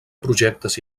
projectes